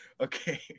okay